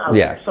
yeah.